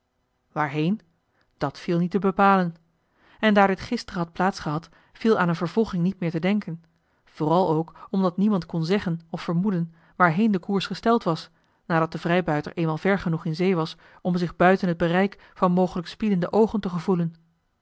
waarheen dat viel niet te bepalen en daar dit gisteren had plaats gehad viel aan een vervolging niet meer te denken vooral ook omdat niemand kon zeggen of vermoeden waarheen de koers gesteld was nadat de vrijbuiter eenmaal ver genoeg in zee was om zich buiten het bereik van mogelijk bespiedende oogen te gevoelen